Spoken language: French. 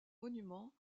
monument